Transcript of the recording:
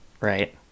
right